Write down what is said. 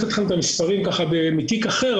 את אגף המחקר של הכנסת ומאוד מעריך את העבודה שלהם.